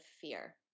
fear